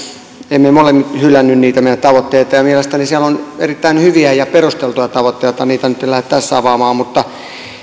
emme me ole hylänneet niitä meidän tavoitteita ja mielestäni siellä on erittäin hyviä ja perusteltuja tavoitteita niitä nyt en lähde tässä avaamaan mutta